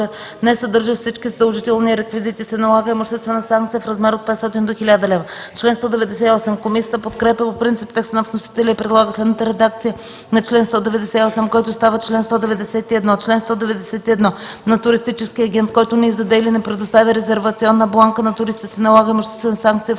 несъдържащ всички задължителни реквизити, се налага имуществена санкция в размер от 500 до 1000 лв.” Комисията подкрепя по принцип текста на вносителя и предлага следната редакция на чл. 198, който става чл. 191: „Чл. 191. На туристически агент, който не издаде или не предостави резервационна бланка на туриста, се налага имуществена санкция в